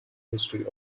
history